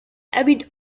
avid